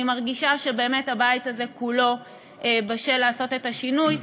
אני מרגישה שבאמת הבית הזה כולו בשל לעשות את השינוי.